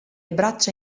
braccia